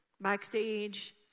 backstage